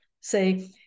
say